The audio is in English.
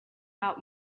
out